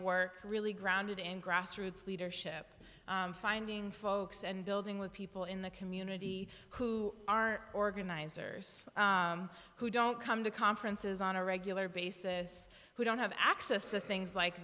work really grounded in grassroots leadership finding folks and building with people in the community who are organizers who don't come to conferences on a regular basis who don't have access to things like